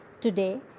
today